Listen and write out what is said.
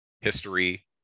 history